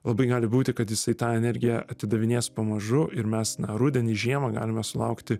labai gali būti kad jisai tą energiją atidavinės pamažu ir mes na rudenį žiemą galime sulaukti